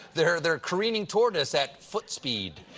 they're they're careening toward us at foot speed.